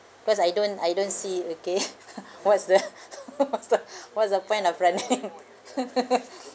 because I don't I don't see okay what's the what's the what's the point of running